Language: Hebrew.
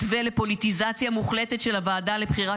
מתווה לפוליטיזציה מוחלטת של הוועדה לבחירת